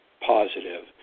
positive